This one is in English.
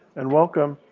and welcome.